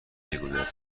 بگوید